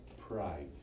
pride